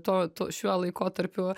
tuo tu šiuo laikotarpiu